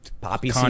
Poppy